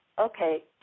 Okay